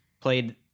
played